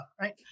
right